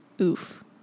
Oof